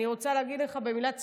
אני רוצה להגיד לך במילת סיכום: